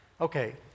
okay